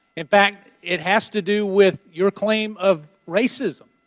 in fact, it has to do with your claim of racism.